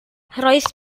roedd